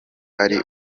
ari